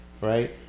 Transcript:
right